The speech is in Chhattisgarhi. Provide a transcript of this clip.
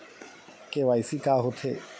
के.वाई.सी का होथे?